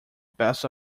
best